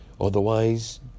Otherwise